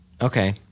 Okay